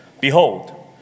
behold